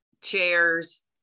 chairs